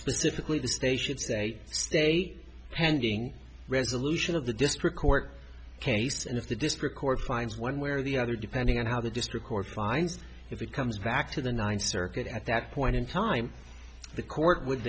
specifically the stay should say a pending resolution of the district court case and if the district court finds one way or the other depending on how the district court finds if it comes back to the ninth circuit at that point in time the court would